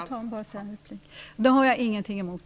Fru talman! Det har jag ingenting emot.